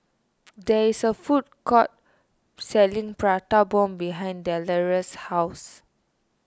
there is a food court selling Prata Bomb behind Delores' house